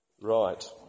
Right